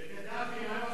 ולקדאפי,